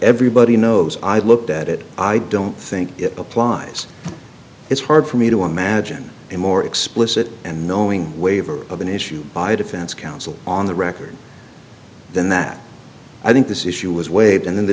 everybody knows i've looked at it i don't think it applies it's hard for me to imagine a more explicit and knowing waiver of an issue by a defense counsel on the record then that i think this issue was waived in the